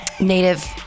Native